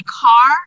car